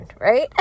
right